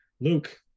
luke